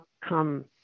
come